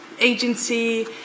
agency